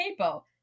capo